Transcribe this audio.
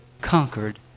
conquered